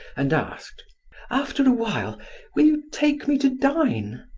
and asked after a while will you take me to dine?